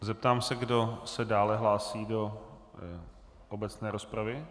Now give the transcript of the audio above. Zeptám se, kdo se dále hlásí do obecné rozpravy.